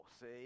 see